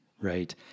right